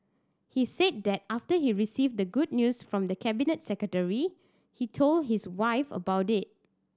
he said that after he received the good news from the Cabinet Secretary he told his wife about it